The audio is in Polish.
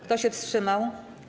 Kto się wstrzymał?